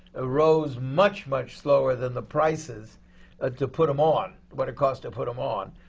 ah rose much much slower than the prices ah to put em on, what it cost to put em on.